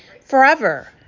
forever